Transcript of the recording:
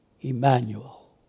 Emmanuel